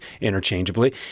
interchangeably